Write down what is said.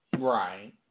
Right